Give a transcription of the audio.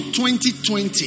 2020